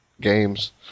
games